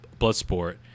Bloodsport